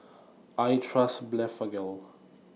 I Trust Blephagel